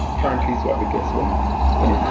apparently, it's what the guests want and they're. oh,